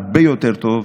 הרבה יותר טוב